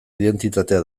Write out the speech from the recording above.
identitatea